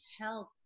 Health